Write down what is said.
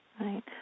right